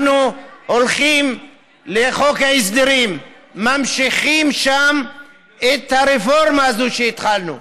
אנחנו הולכים לחוק ההסדרים וממשיכים שם את הרפורמה הזאת שהתחלנו,